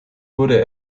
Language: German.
wurde